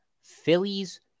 Phillies